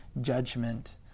judgment